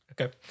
Okay